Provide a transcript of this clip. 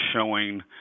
showing